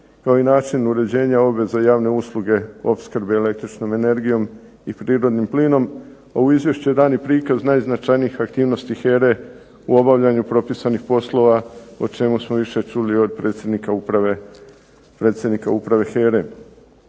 kao i način uređenja obveza javne usluge opskrbe električnom energijom i prirodnim plinom. U ovom izvješću je dan i prikaz najznačajnijih aktivnosti HERA-e u obavljanju propisanih poslova o čemu smo više čuli od predsjednika uprave HERA-e.